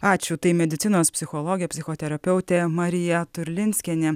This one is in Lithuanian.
ačiū tai medicinos psichologė psichoterapeutė marija turlinskienė